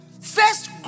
first